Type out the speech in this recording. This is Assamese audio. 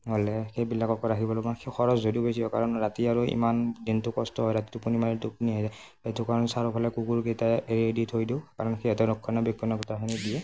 নহ'লে সেইবিলাকক ৰাখিবলৈ কাৰণ সেই খৰচ যদিও বেছি হয় কাৰণ ৰাতি আৰু ইমান দিনটো কষ্ট হয় ৰাতি টোপনি মাৰি টোপনি আহে সেইটো কাৰণে চাৰিওফালে কুকুৰকেইটাই এৰি দি থৈ দিওঁ কাৰণ সিহঁতে ৰক্ষণা বেক্ষণ গোটেইখিনি দিয়ে